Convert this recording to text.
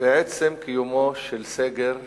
בעצם קיומו של סגר נפשע,